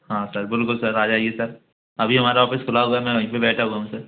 हाँ सर बिल्कुल सर आ जाइए सर अभी हमारा ऑफिस खुला हुआ है मैं वहीं पर बैठा हुआ हूँ सर